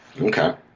Okay